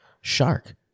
shark